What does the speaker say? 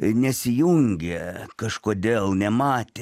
nesijungė kažkodėl nematė